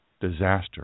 disaster